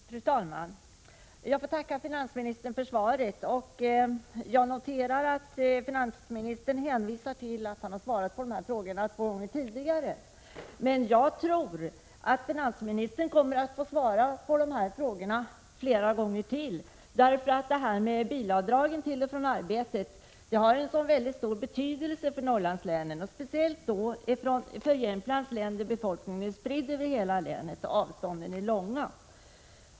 Prot. 1986/87:118 Fru talman! Jag får tacka finansministern för svaret på min fråga. Jag 7 maj 1987 noterar att finansministern hänvisar till att han har svarat på motsvarande. ——— Om patientens rätt till frågor två gånger tidigare. Jag tror att finansministern kommer att få svara på 28 3 sådana frågor flera gånger till, eftersom avdragen för bilresor till och från självbestämmande och arbetet har så stor betydelse för Norrlandslänen. Detta gäller speciellt för vid vårdi emmet Jämtlands län, där befolkningen är utspridd över länet i dess helhet och avstånden är långa.